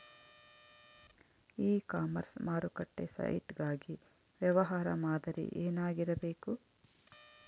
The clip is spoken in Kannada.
ಇ ಕಾಮರ್ಸ್ ಮಾರುಕಟ್ಟೆ ಸೈಟ್ ಗಾಗಿ ವ್ಯವಹಾರ ಮಾದರಿ ಏನಾಗಿರಬೇಕು?